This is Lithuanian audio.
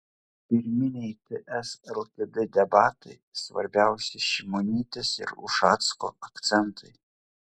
pirminiai ts lkd debatai svarbiausi šimonytės ir ušacko akcentai